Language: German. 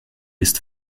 ist